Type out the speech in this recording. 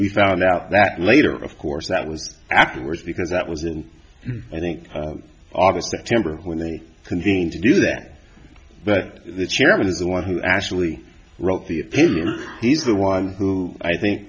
we found out that later of course that was afterwards because that was and i think august september when they continued to do that but the chairman is the one who actually wrote the he's the one who i think